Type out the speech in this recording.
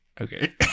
Okay